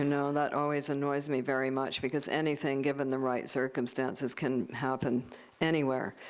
know, that always annoys me very much because anything, given the right circumstances, can happen anywhere.